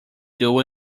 dull